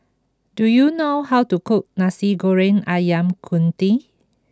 do you know how to cook Nasi Goreng Ayam Kunyit